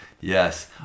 Yes